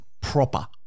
proper